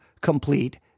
complete